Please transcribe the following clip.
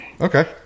Okay